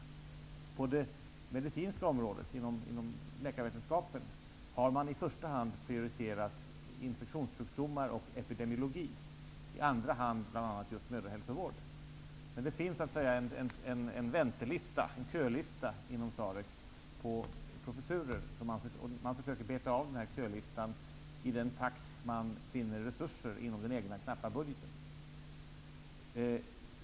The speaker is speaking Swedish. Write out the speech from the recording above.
Inom det medicinska området, inom läkarvetenskapen, har man i första hand prioriterat infektionssjukdomar och epidemiologi och i andra hand bl.a. just mödrahälsovården. Det finns så att säga en väntelista, en kölista, inom SAREC på professurer. Man försöker beta av denna kölista i den takt som man finner resurser inom den egna knappa budgeten.